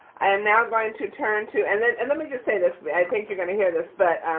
i am now going to to turn to. and let and let me just say this, but i think you're gonna hear this, but